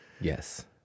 Yes